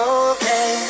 okay